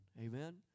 Amen